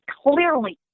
clearly